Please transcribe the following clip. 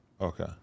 Okay